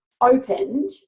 opened